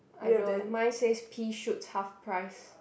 I don't mine says pea shoot half price